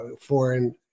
foreign